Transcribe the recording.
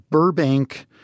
Burbank